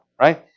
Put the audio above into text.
right